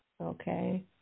Okay